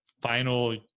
final